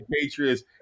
Patriots